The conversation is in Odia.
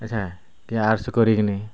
ଆଚ୍ଛା କିଏ ଆର୍ଟ୍ସ କରିକିନି